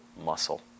muscle